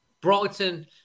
Brighton